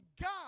God